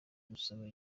busaba